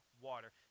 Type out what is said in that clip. water